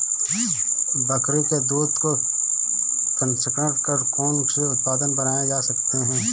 बकरी के दूध को प्रसंस्कृत कर कौन से उत्पाद बनाए जा सकते हैं?